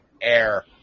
air